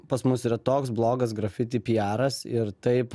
pas mus yra toks blogas grafiti pijaras ir taip